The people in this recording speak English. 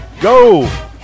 go